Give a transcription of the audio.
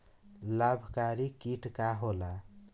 लाभकारी कीट का होला?